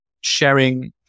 sharing